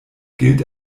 gilt